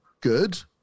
good